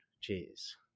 Cheers